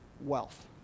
wealth